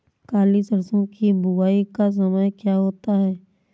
काली सरसो की बुवाई का समय क्या होता है?